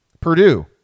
Purdue